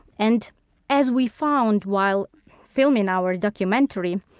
and as we found while filming our documentary,